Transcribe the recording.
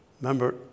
Remember